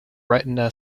retina